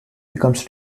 becomes